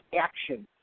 action